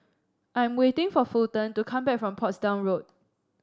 I am waiting for Fulton to come back from Portsdown Road